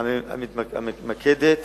הממקדת